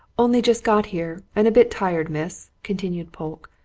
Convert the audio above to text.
only just got here, and a bit tired, miss, continued polke,